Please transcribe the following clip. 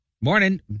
Morning